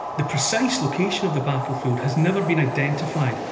the precise location of the battlefield has never been identified,